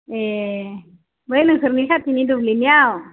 ए बै नोंसोरनि खाथिनि दुब्लिनियाव